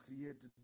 create